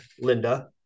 Linda